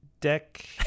deck